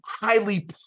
highly